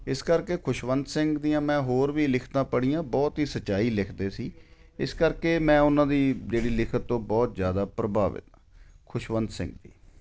ਇਸ ਕਰਕੇ ਖੁਸ਼ਵੰਤ ਸਿੰਘ ਦੀਆਂ ਮੈਂ ਹੋਰ ਵੀ ਲਿਖਤਾਂ ਪੜ੍ਹੀਆਂ ਬਹੁਤ ਹੀ ਸੱਚਾਈ ਲਿਖਦੇ ਸੀ ਇਸ ਕਰਕੇ ਮੈਂ ਉਹਨਾਂ ਦੀ ਜਿਹੜੀ ਲਿਖਤ ਤੋਂ ਬਹੁਤ ਜਿਆਦਾ ਪ੍ਰਭਾਵਿਤ ਆ ਖੁਸ਼ਵੰਤ ਸਿੰਘ ਦੀ